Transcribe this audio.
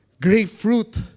grapefruit